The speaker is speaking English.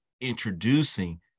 introducing